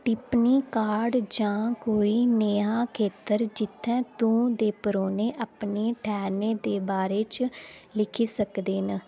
टिप्पनी card जां कोई नेहा खेतर जित्थै तूं दे परौह्ने अपने ठैह्रने दे बारे च लिखी सकदे न